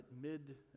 mid